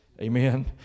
Amen